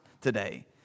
today